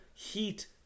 heat